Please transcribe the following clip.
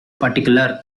particular